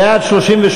בעד, 38,